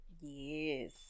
Yes